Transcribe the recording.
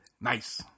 Nice